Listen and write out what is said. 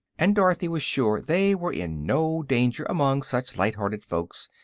and dorothy was sure they were in no danger among such light-hearted folks,